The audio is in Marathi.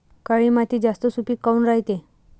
काळी माती जास्त सुपीक काऊन रायते?